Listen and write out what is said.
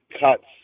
cuts